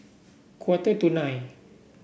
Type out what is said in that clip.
quarter to nine